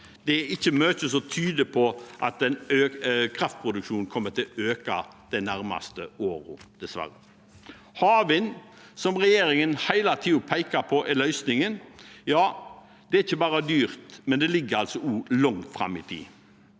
Det er ikke mye som tyder på at kraftproduksjonen kommer til å øke de nærmeste årene, dessverre. Havvind, som regjeringen hele tiden peker på som løsningen, er ikke bare dyrt, det ligger også langt fram i tid.